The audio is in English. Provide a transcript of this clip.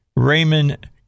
Raymond